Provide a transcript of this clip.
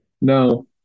no